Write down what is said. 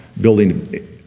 building